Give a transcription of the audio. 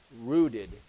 rooted